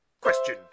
Question